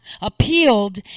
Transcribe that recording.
appealed